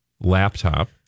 laptop